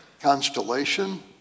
constellation